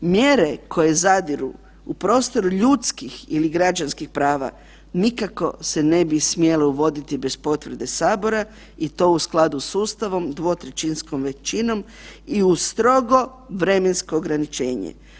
Mjere koje zadiru u prostor ljudskih ili građanskih prava nikako se ne bi smjele uvoditi bez potvrde Sabora i to u skladu s Ustavom dvotrećinskom većinom i uz strogo vremensko ograničenje.